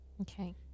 Okay